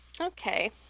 Okay